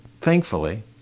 thankfully